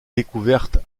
découvertes